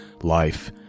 Life